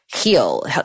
heal